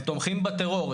הם תומכים בטרור.